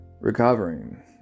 recovering